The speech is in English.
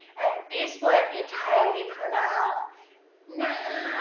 and this word in thai, we pronounce you know